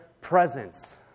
presence